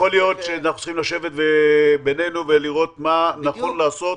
יכול להיות שאנחנו צריכים לשבת בינינו ולראות מה נכון לעשות.